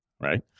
right